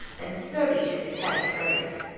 then slowly shook his head at frederick.